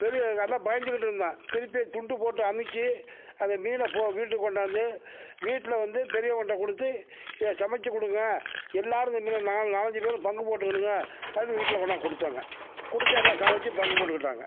பெரிய ரொம்ப பயந்துக்கிட்டு இருந்தோம் திருப்பி துண்டுப்போட்டு அமுக்கி அதை மீனை வீட்டுக்கு கொண்டாந்து வீட்டில் வந்து பெரியவங்கக்கிட்ட கொடுத்து இதை சமைச்சி கொடுங்க எல்லோரும் இந்த மீனை நாலஞ்சு பேரும் பங்கு போட்டுக்கணுங்க அப்படின்னு வீட்டில் கொண்டாந்து கொடுத்தோங்க கொடுத்து எல்லாம் சமைச்சி பங்கு போட்டுக்கிட்டாங்க